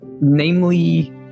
Namely